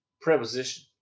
preposition